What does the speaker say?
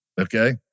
okay